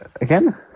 again